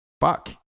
fuck